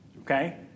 okay